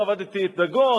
היום עבדתי את דגון,